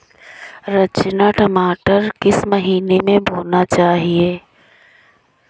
रचना मटर किस महीना में बोना चाहिए?